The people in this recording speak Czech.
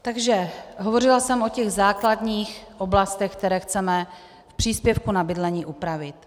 Takže hovořila jsem o těch základních oblastech, které chceme v příspěvku na bydlení upravit.